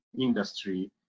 industry